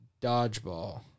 Dodgeball